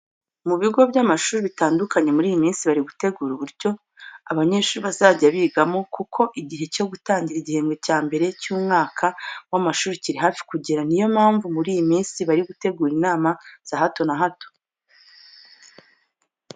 Mu bigo by'amashuri bitandukanye muri iyi minsi bari gutegura uburyo abanyeshuri bazajya bigamo kuko igihe cyo gutangira igihembwe cya mbere cy'umwaka w'amashuri kiri hafi kugera. Niyo mpamvu muri iyi minsi bari gutegura inama za hato na hato.